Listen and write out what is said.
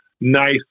nice